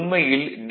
உண்மையில் டி